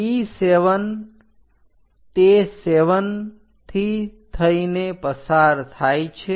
P7 તે 7 થી થઈને પસાર થાય છે